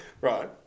Right